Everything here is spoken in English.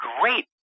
great